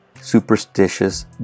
superstitious